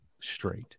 straight